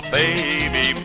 baby